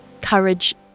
courage